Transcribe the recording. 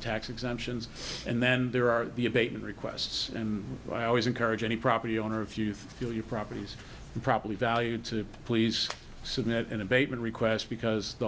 tax exemptions and then there are the abatement requests and i always encourage any property owner if you through your properties the property value to please submit an abatement request because the